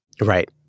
Right